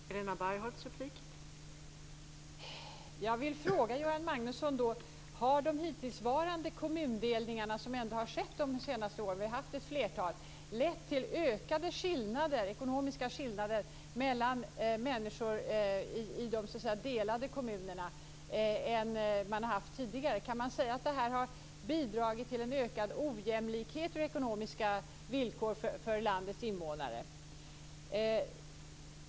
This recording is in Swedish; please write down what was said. Fru talman! Jag vill fråga Göran Magnusson: Har de hittillsvarande kommundelningar som ändå har skett under de senaste åren - vi har haft ett flertal - lett till ökade ekonomiska skillnader mellan människor i de delade kommunerna än man har haft tidigare? Kan man säga att det här har bidragit till en ökad ojämlikhet när det gäller ekonomiska villkor för landets invånare?